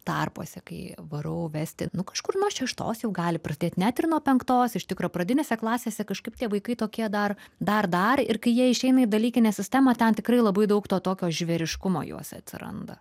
tarpuose kai varau vesti nu kažkur nuo šeštos jau gali prasidėt net ir nuo penktos iš tikro pradinėse klasėse kažkaip tie vaikai tokie dar dar dar ir kai jie išeina į dalykinę sistemą ten tikrai labai daug to tokio žvėriškumo juose atsiranda